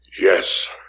yes